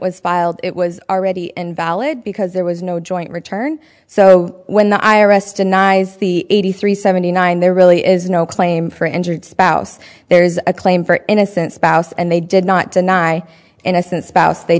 was filed it was already and valid because there was no joint return so when the i r s denies the eighty three seventy nine there really is no claim for injured spouse there is a claim for innocent spouse and they did not deny innocent spouse they